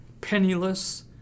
penniless